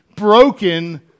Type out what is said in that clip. Broken